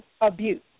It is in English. abuse